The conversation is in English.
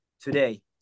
today